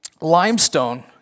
limestone